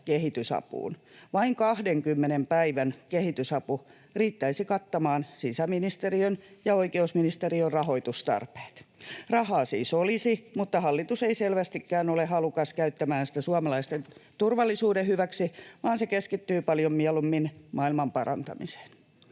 vain 20 päivän kehitysapu riittäisi kattamaan sisäministeriön ja oikeusministeriön rahoitustarpeet. Rahaa siis olisi, mutta hallitus ei selvästikään ole halukas käyttämään sitä suomalaisten turvallisuuden hyväksi vaan keskittyy paljon mieluummin maailmanparantamiseen.